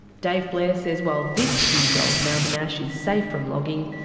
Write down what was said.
dave blair says while this huge old mountain ash is safe from logging,